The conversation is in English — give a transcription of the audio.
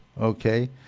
okay